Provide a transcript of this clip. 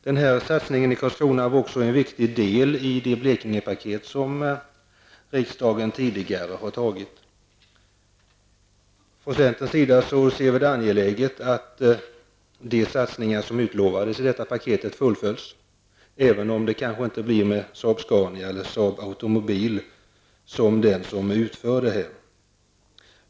Denna satsning i Karlskrona var också en viktig del i det Blekingepaket som riksdagen tidigare har fattat beslut om. Vi i centern tycker det är angeläget att de satsningar som utlovats i detta paket fullföljs, även om det inte blir Saab-Scania eller Saab Automobil som gör dem.